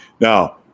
Now